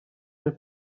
nel